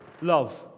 love